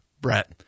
Brett